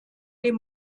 dem